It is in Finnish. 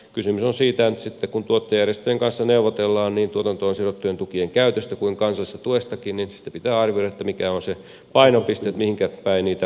kysymys on siitä että sitten kun tuottajajärjestöjen kanssa neuvotellaan niin tuotantoon sidottujen tukien käytöstä kuin kansallisesta tuestakin pitää arvioida mikä on se painopiste mihinkä päin niitä suunnataan